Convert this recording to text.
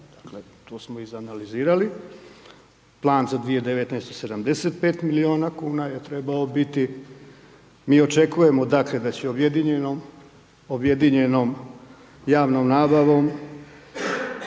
Dakle, to smo izanalizirali, plan za 2019. 75 milijuna kn je trebao biti. Mi očekujemo da će objedinjenom javnom nabavom